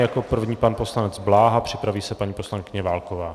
Jako první pan poslanec Bláha, připraví se paní poslankyně Válková.